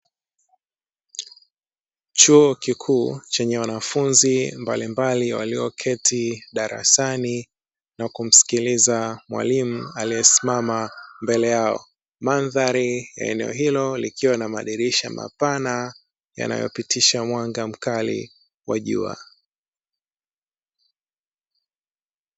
Chuo kikuu, chenye wanafunzi mbalimbali walioketi darasani na kumsikiliza mwalimu aliyesimama mbele yao. Mandhari ya eneo hilo likiwa na madirisha mapana yanayopitisha mwanga mkali wa jua.